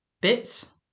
Bits